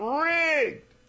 rigged